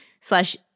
slash